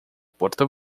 porta